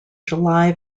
july